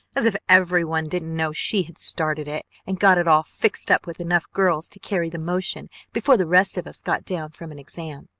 as if every one didn't know she had started it, and got it all fixed up with enough girls to carry the motion before the rest of us got down from an exam.